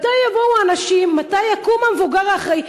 מתי יבואו האנשים, מתי יקום המבוגר האחראי?